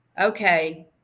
okay